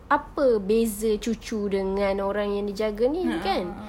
apa beza cucu dengan orang yang dia jaga ini ini kan